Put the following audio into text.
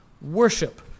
worship